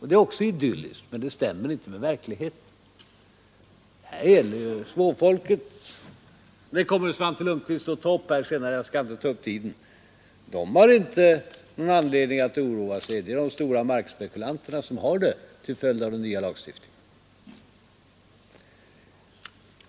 Det är också idylliskt, men det stämmer inte med verkligheten. Svante Lundkvist kommer att behandla det här senare, så jag skall inte ta upp tiden med det. Men småfolket har inte någon anledning att oroa sig till följd av den nya lagstiftningen — det är de stora markspekulanterna som har det.